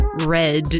red